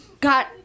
got